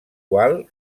qual